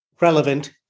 relevant